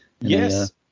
yes